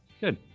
good